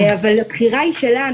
אבל הבחירה היא שלנו,